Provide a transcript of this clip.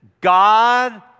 God